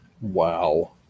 Wow